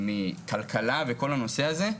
מכלכלה וכל הנושא הזה.